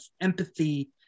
empathy